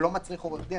שלא מצריך עורך דין,